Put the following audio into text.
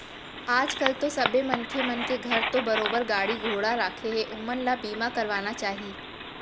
आज कल तो सबे मनखे मन के घर तो बरोबर गाड़ी घोड़ा राखें हें ओमन ल बीमा करवाना चाही